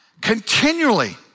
continually